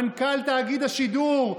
מנכ"ל תאגיד השידור.